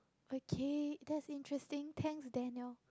okay that's interesting thanks Daniel